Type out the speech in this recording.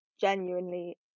genuinely